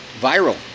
Viral